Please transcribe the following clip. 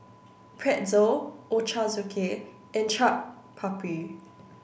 Pretzel Ochazuke and Chaat Papri